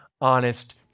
honest